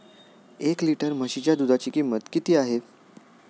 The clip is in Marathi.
एक लिटर म्हशीच्या दुधाची किंमत किती आहे?